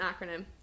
acronym